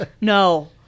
No